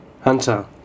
Hunter